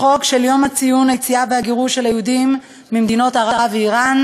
חוק יום לציון היציאה והגירוש של היהודים ממדינות ערב ואיראן,